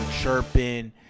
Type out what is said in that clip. chirping